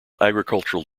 agricultural